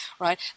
right